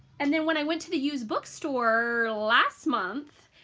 and then when i went to the used bookstore last month,